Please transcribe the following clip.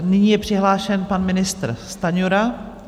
Nyní je přihlášen pan ministr Stanjura.